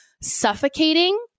suffocating